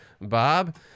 Bob